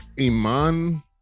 Iman